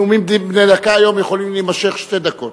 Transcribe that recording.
הנאומים בני דקה היום יכולים להימשך שתי דקות.